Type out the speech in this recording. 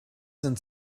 sind